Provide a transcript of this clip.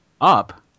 up